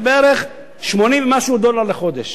זה בערך 80 ומשהו דולר לחודש.